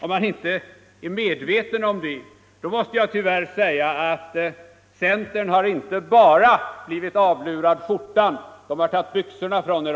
Om ni inte är medvetna om det, då måste jag tyvärr säga att centern har inte bara blivit avlurad skjortan, utan man har också tagit byxorna från er!